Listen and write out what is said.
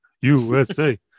USA